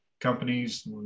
companies